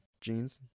jeans